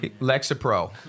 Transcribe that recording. Lexapro